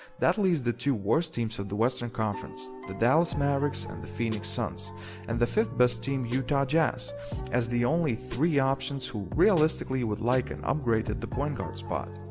that leaves the two worst teams of the western conference the dallas mavericks and the phoenix suns and the fifth best team utah jazz as the only three um who realistically would like an upgrade at the point guard spot.